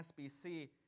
SBC